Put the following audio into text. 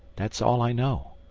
that is all i know.